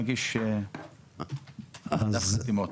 נגיש חתימות.